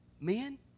men